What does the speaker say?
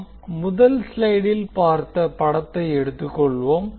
நாம் முதல் ஸ்லைடில் பார்த்த படத்தை எடுத்துக்கொள்வோம்